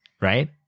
Right